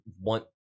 want